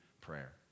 prayer